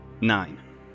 Nine